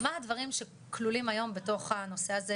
מה הדברים שכלולים היום בתוך הנושא הזה,